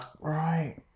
Right